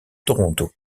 toronto